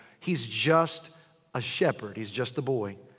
he's just a shepherd. he's just a boy.